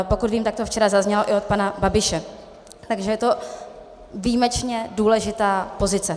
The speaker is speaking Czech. Pokud vím, tak to včera zaznělo i od pana Babiše, takže je to výjimečně důležitá pozice.